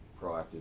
proactive